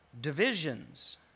divisions